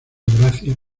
gracia